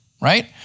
Right